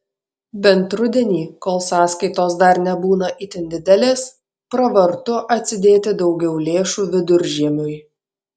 bent rudenį kol sąskaitos dar nebūna itin didelės pravartu atsidėti daugiau lėšų viduržiemiui